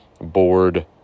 Board